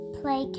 play